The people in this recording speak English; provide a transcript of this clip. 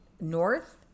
north